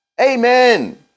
Amen